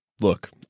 look